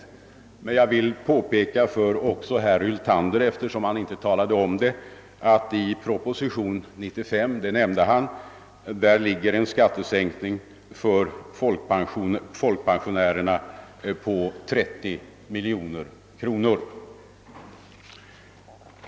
Jag vill också påpeka för herr Hyltander, att propositionen nr 95 innebär förslag om en skattesänkning för folkpensionärerna på 30 miljoner kronor.